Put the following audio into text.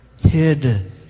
hid